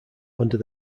under